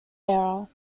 era